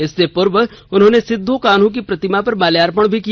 इससे पूर्व उन्होंने सिदो कान्हू की प्रतिमा पर माल्यार्पण किया